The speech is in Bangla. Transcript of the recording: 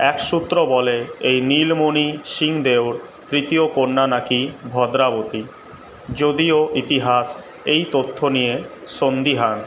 এক সূত্র বলে এই নীলমণি সিং দেওর তৃতীয় কন্যা নাকি ভদ্রাবতী যদিও ইতিহাস এই তথ্য নিয়ে সন্দিহান